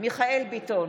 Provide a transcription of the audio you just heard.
מיכאל מרדכי ביטון,